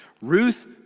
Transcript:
Ruth